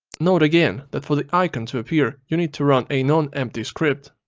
note again, that for the icon to appear you need to run a non-empty script.